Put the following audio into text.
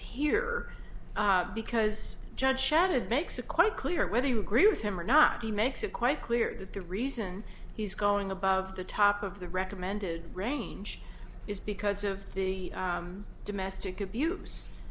here because judge shadid makes it quite clear whether you agree with him or not he makes it quite clear that the reason he's going above the top of the recommended range is because of the domestic abuse